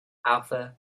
alpha